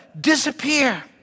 disappear